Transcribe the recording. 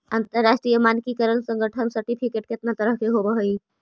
अंतरराष्ट्रीय मानकीकरण संगठन सर्टिफिकेट केतना तरह के होब हई?